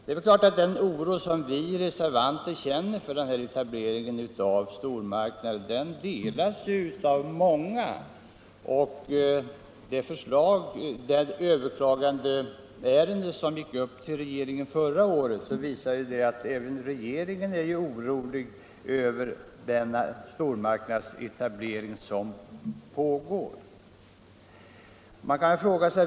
Den oro som vi reservanter känner inför etableringen av stormarknaderna delas av många. Det överklagningsärende som gick upp till regeringen förra året visade att även den är orolig för den stormarknadsetablering som pågår.